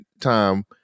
time